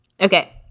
okay